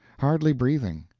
hardly breathing.